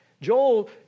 Joel